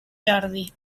jordi